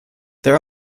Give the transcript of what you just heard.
there